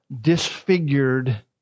disfigured